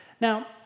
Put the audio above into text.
Now